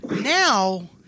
now